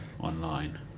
online